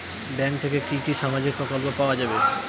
Bank থেকে কি কি সামাজিক প্রকল্প পাওয়া যাবে?